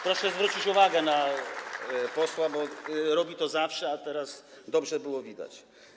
Proszę zwrócić uwagę na posła, bo robi to zawsze, a teraz dobrze było to widać.